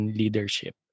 leadership